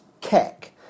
Keck